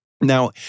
Now